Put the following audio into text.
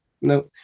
No